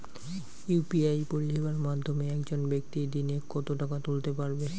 UPI পরিষেবার মাধ্যমে একজন ব্যাক্তি দিনে কত টাকা তুলতে পারবে?